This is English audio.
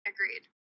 Agreed